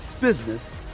business